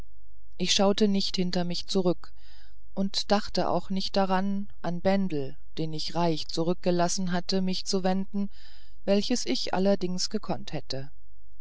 ich schaute nicht hinter mich zurück und dachte auch nicht daran an bendel den ich reich zurückgelassen hatte mich zu wenden welches ich allerdings gekonnt hätte